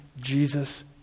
Jesus